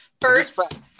First